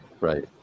Right